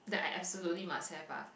that I absolutely must have ah